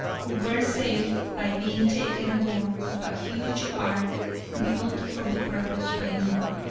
who were saved by being taken aboard of a huge ark built for the purpose by noah.